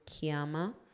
Kiama